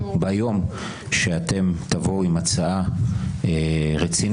ביום שאתם תבואו עם הצעה רצינית,